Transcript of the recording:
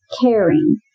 caring